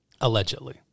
Allegedly